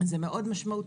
זה מאוד משמעותי,